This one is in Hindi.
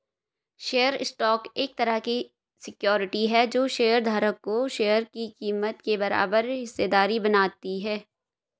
शेयर स्टॉक एक तरह की सिक्योरिटी है जो शेयर धारक को शेयर की कीमत के बराबर हिस्सेदार बनाती है